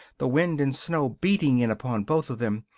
the wind and snow beating in upon both of them.